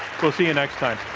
we'll see you next time.